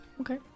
Okay